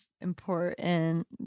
important